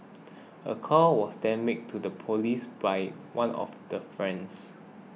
a call was then made to the police by one of the friends